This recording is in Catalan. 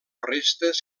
restes